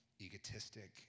egotistic